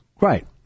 Right